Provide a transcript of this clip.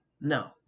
No